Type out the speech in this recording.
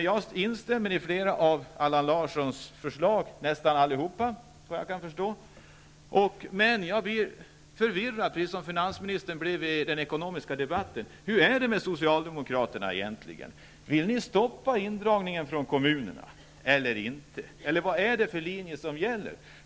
Jag instämmer i flera av Allan Larssons förslag -- ja, i nästan allihop -- men jag blir förvirrad, liksom finansministern blev i den ekonomiska debatten. Hur är det med socialdemokraterna egentligen? Vill ni stoppa indragningen från kommunerna eller inte? Vad är det för linje som gäller?